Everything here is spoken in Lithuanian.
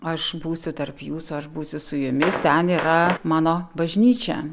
aš būsiu tarp jūsų aš būsiu su jumis ten yra mano bažnyčia